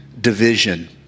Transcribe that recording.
division